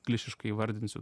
klišiškai įvardinsiu